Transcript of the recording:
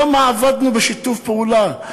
כמה עבדנו בשיתוף פעולה,